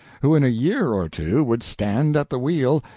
who in a year or two would stand at the wheel,